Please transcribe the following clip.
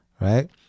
Right